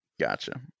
Gotcha